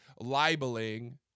libeling